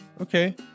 Okay